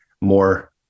more